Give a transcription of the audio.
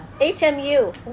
HMU